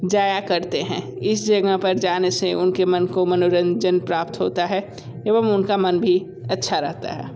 जाया करते हैं इस जगह पर जाने से उनके मन को मनोरंजन प्राप्त होता है एवं उनका मन भी अच्छा रहता है